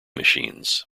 machines